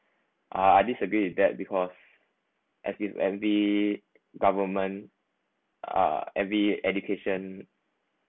uh I disagree with that because as it and the government uh every education